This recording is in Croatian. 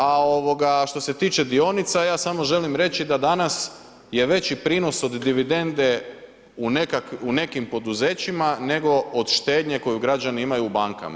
A što se tiče dionica, ja samo želim reći da danas je veći prinos od dividende u nekim poduzećima nego od štednje koju građani imaju u bankama.